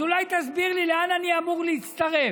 אז אולי תסביר לי לאן אני אמור להצטרף?